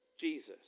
Jesus